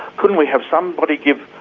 couldn't we have somebody give,